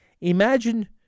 Imagine